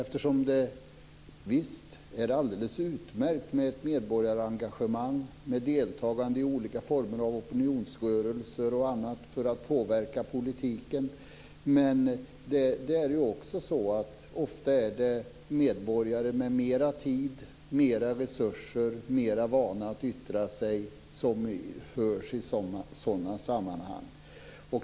Visst är det alldeles utmärkt med ett medborgarengagemang, med deltagande i olika former av opinionsrörelser för att påverka politiken, men ofta är det medborgare med mera tid, resurser och vana att yttra sig som för sig i sådana sammanhang.